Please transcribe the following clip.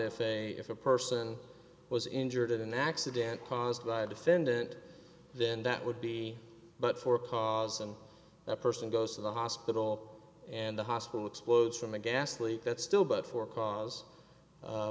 if a if a person was injured in an accident caused by a defendant then that would be but for cause and that person goes to the hospital and the hospital explodes from a gas leak that's still bad for cause